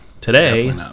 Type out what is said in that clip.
Today